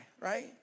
right